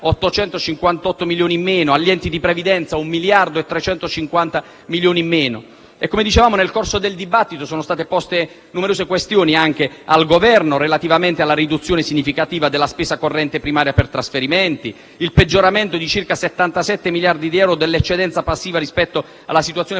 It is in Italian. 858 milioni in meno), agli enti di previdenza (1.350 milioni in meno). Come dicevamo, nel corso del dibattito sono state poste numerose questioni anche al Governo relativamente alla riduzione significativa della spesa corrente primaria per trasferimenti e al peggioramento di circa 77 miliardi di euro dell'eccedenza passiva rispetto alla situazione